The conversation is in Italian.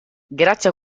grazie